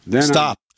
Stop